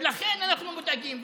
ולכן אנחנו מודאגים,